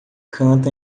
canta